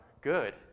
good